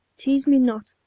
tease me not,